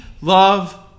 love